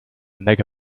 mega